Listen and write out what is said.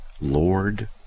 Lord